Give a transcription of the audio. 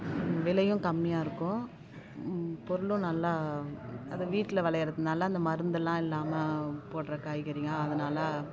விலையும் கம்மியாக இருக்கும் பொருளும் நல்லா அது வீட்டில் விளையுறதுனால அந்த மருந்தெல்லாம் இல்லாமல் போடுற காய்கறியா அதனால